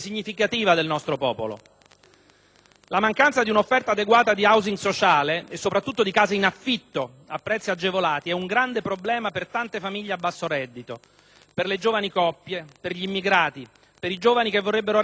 La mancanza di un'offerta adeguata di *housing* sociale, e soprattutto di case in affitto a prezzi agevolati, è un grande problema per tante famiglie a basso reddito, per le giovani coppie, per gli immigrati, per i giovani che vorrebbero rendersi indipendenti dalle proprie famiglie.